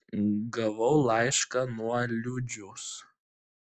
gavau laišką nuo liūdžiaus